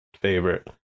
favorite